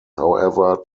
however